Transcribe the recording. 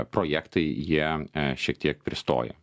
projektai jie šiek tiek pristoja